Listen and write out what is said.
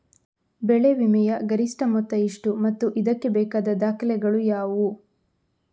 ಬೆಳೆ ವಿಮೆಯ ಗರಿಷ್ಠ ಮೊತ್ತ ಎಷ್ಟು ಮತ್ತು ಇದಕ್ಕೆ ಬೇಕಾದ ದಾಖಲೆಗಳು ಯಾವುವು?